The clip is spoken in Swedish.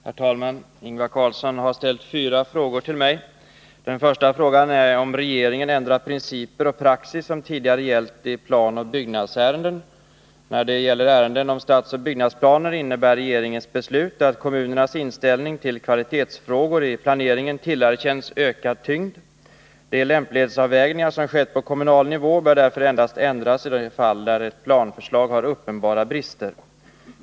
Herr talman! Ingvar Carlsson har ställt fyra frågor till mig. Den första frågan är om regeringen ändrat principer och praxis som tidigare gällt i planoch byggnadsärenden. När det gäller ärenden om stadsoch byggnadsplaner innebär regeringens beslut att kommunernas inställning till kvalitetsfrågor i planeringen tillerkänts ökad tyngd. De lämplighetsavvägningar som skett på kommunal nivå bör därför endast ändras i de fall där ett planförslag har uppenbara brister.